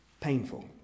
painful